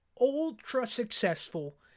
ultra-successful